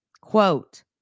Quote